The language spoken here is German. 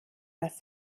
dass